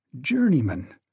Journeyman